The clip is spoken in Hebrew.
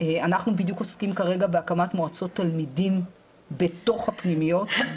אנחנו בדיוק עוסקים כרגע בהקמת מועצות תלמידים בתך הפנימיות.